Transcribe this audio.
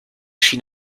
schien